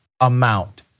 amount